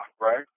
right